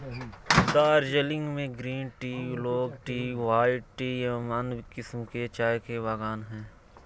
दार्जिलिंग में green tea, oolong tea, white tea एवं अन्य किस्म के चाय के बागान हैं